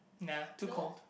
nah too cold